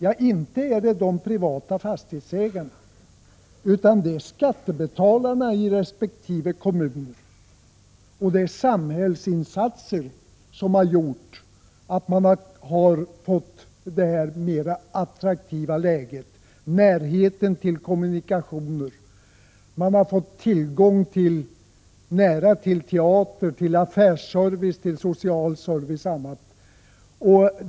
Ja, inte är det de privata fastighetsägarna, utan det är skattebetalarna i resp. kommun, och det är samhällsinsatser som har gjort att de har fått detta mera attraktiva läge, närheten till kommunikationer, teater, affärsservice, social service och annat.